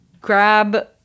grab